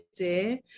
idea